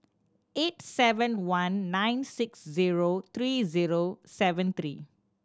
eight seven one nine six zero three zero seven three